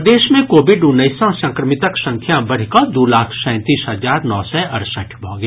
प्रदेश मे कोविड उन्नैस सँ संक्रमितक संख्या बढ़िकऽ दू लाख सैंतीस हजार नओ सय अड़सठि भऽ गेल